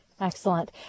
Excellent